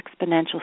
exponential